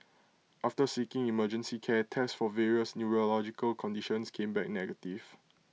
after seeking emergency care tests for various neurological conditions came back negative